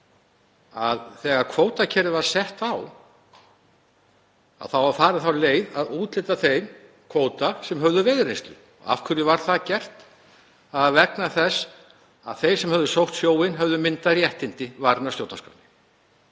þegar kvótakerfið var sett á var farin sú leið að úthluta þeim kvóta sem höfðu veiðireynslu. Af hverju var það gert? Það er vegna þess að þeir sem höfðu sótt sjóinn höfðu myndað réttindi varin af stjórnarskrá.